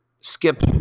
Skip